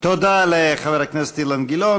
תודה לחבר הכנסת אילן גילאון.